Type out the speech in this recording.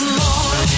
more